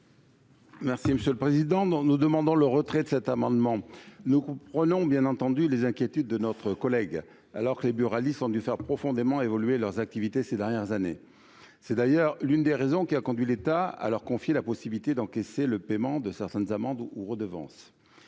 Merci monsieur le président, dans nous demandant le retrait de cet amendement, nous comprenons bien entendu les inquiétudes de notre collègue alors que les buralistes ont dû faire profondément évoluer leurs activités ces dernières années, c'est d'ailleurs l'une des raisons qui a conduit l'État à leur confier la possibilité d'encaisser le paiement de certaines amendes ou redevance